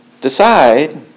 decide